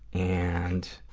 and,